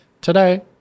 today